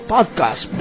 Podcast